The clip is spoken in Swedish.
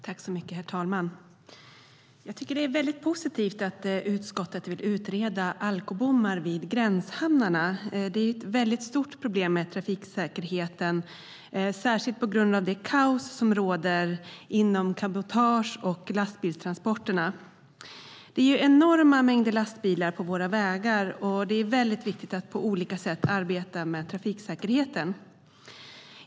Herr talman! Jag tycker att det är väldigt positivt att utskottet vill utreda alkobommar vid gränshamnarna. Det är ett stort problem med trafiksäkerheten, särskilt på grund av det kaos som råder inom cabotage och lastbilstransporterna. Det är enorma mängder lastbilar på våra vägar, och det är väldigt viktigt att på olika sätt arbeta med trafiksäkerheten.